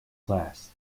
class